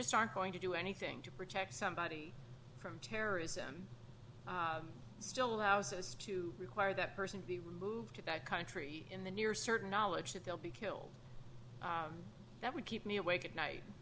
just aren't going to do anything to protect somebody from terrorism still allows us to require that person be removed to that country in the near certain knowledge that they'll be killed that would keep me awake at night